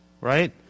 Right